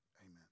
Amen